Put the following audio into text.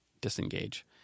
disengage